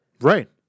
Right